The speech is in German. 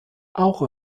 auch